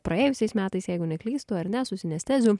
praėjusiais metais jeigu neklystu ar ne su sinesteziu